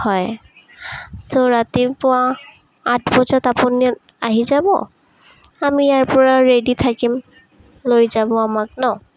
হয় চ' ৰাতিপুৱা আঠ বজাত আপুনি আহি যাব আমি ইয়াৰপৰা ৰেডি থাকিম লৈ যাব আমাক ন